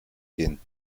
gehen